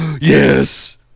yes